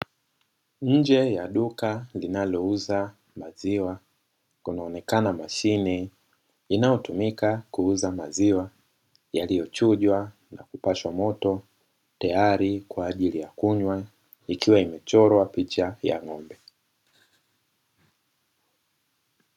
Nje ya duka linalouza maziwa kunaonekana mashine inayotumika kuuza maziwa yaliyochujwa na kupashwa moto tayari kwa ajili ya kunywa, ikiwa imechorwa picha ya ng'ombe.